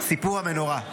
סיפור המנורה.